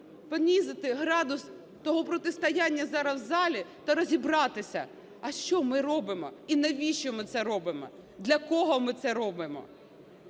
понизити градус того протистояння зараз в залі та розібратися, а що ми робимо і навіщо ми це робимо, для кого ми це робимо.